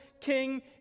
king